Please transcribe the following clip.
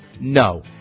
No